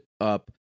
up